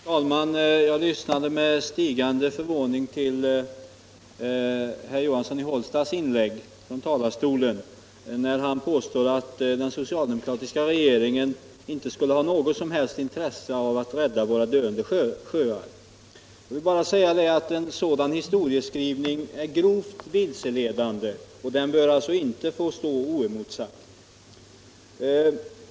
Fru talman! Jag lyssnade med stigande förvåning till herr Johanssons i Hållsta inlägg från talarstolen. Han påstod att den socialdemokratiska regeringen inte skulle ha något som helst intresse av att rädda våra döende sjöar. En sådan historieskrivning är grovt vilseledande och den bör alltså inte få stå oemotsagd.